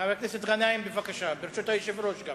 חבר הכנסת גנאים, בבקשה, גם ברשות היושב-ראש.